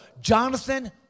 Jonathan